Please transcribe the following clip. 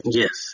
yes